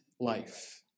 life